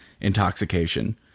intoxication